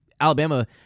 Alabama –